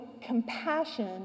compassion